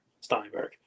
Steinberg